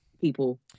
people